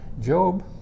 Job